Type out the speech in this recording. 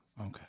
okay